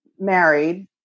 married